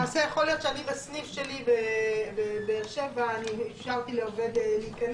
למעשה יכול להיות שאני בסניף שלי בבאר שבע אני אישרתי לעובד להיכנס